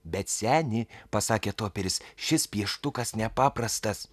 bet seni pasakė toperis šis pieštukas nepaprastas